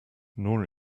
nor